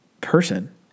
person